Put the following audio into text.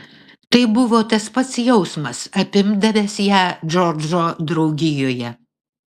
tai buvo tas pats jausmas apimdavęs ją džordžo draugijoje